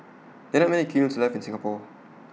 there are many kilns left in Singapore